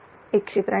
83 Qc532193